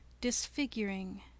disfiguring